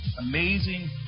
amazing